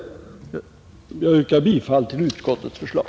Jag yrkar, herr talman, bifall till utskottets förslag.